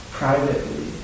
privately